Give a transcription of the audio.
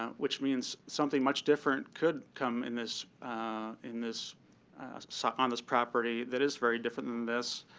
um which means something much different could come in this in this site on this property that is very different than this.